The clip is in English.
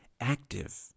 active